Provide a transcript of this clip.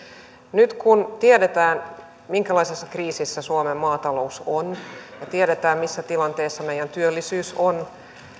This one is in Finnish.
nyt kun tiedetään minkälaisessa kriisissä suomen maatalous on tiedetään missä tilanteessa meidän työllisyys on